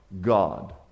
God